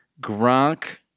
Gronk